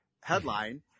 headline